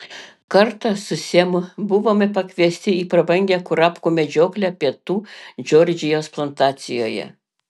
kartą su semu buvome pakviesti į prabangią kurapkų medžioklę pietų džordžijos plantacijoje